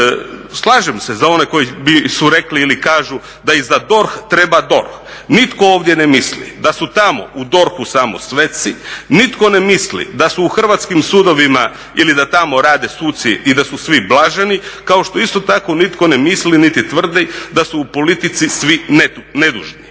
slažem za one koji su rekli ili kažu da i za DORH treba DORH. Nitko ovdje ne misli da su tamo u DORH-u samo sveci, nitko ne misli da su u hrvatskim sudovima ili da tamo rade suci i da su svi blaženi kao što isto tako nitko ne misli niti tvrdi da su u politici svi nedužni.